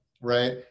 right